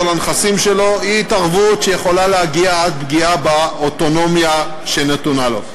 לנכסים שלו היא התערבות שיכולה להגיע עד פגיעה באוטונומיה שנתונה לו.